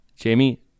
Jamie